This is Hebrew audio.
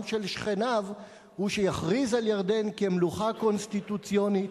של שכניו הוא שיכריז על ירדן כמלוכה קונסטיטוציונית